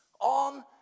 on